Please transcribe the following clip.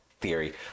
theory